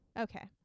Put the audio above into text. okay